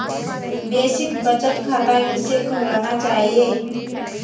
Basic बचत खाता किसे खुलवाना चाहिए?